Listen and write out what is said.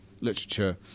literature